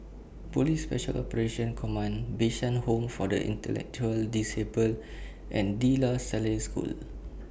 Police Special Operations Command Bishan Home For The Intellectual Disabled and De La Salle School